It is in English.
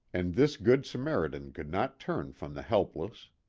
and this good samaritan could not turn from the helpless.